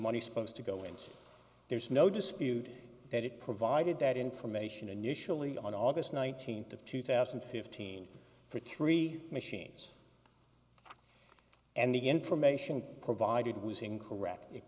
money supposed to go and there's no dispute that it provided that information initially on august nineteenth of two thousand and fifteen for three machines and the information provided was incorrect it